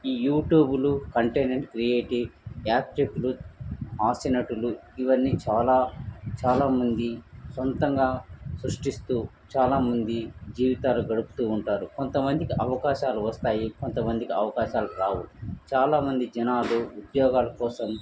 ఈ యూట్యూబులు కంటనెంట్ క్రియేటి యాత్రికులు హాస్యనటులు ఇవన్నీ చాలా చాలామంది సొంతంగా సృష్టిస్తూ చాలామంది జీవితాలు గడుపుతూ ఉంటారు కొంతమందికి అవకాశాలు వస్తాయి కొంతమందికి అవకాశాలు రావు చాలామంది జనాలు ఉద్యోగాల కోసం